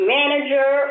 manager